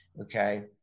Okay